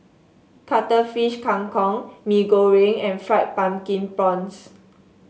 Cuttlefish Kang Kong Mee Goreng and Fried Pumpkin Prawns